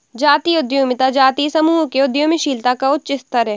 जातीय उद्यमिता जातीय समूहों के उद्यमशीलता का उच्च स्तर है